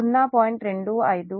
కాబట్టి 0